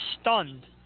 stunned